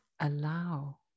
Allow